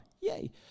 Yay